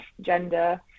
gender